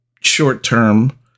short-term